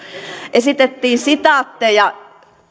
esitettiin sitaatteja